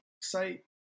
site